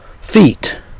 feet